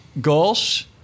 goals